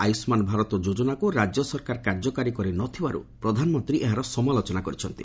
ଆୟୁଷ୍ମାନ୍ ଭାରତ ଯୋଜନାକୁ ରାଜ୍ୟ ସରକାର କାର୍ଯ୍ୟକାରି କରିନଥିବାରୁ ପ୍ରଧାନମନ୍ତ୍ରୀ ଏହାର ସମାଲୋଚନା କରିଛନ୍ତି